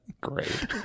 Great